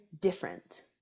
different